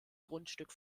grundstück